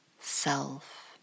self